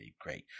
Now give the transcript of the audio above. great